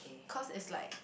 cause is like